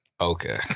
Okay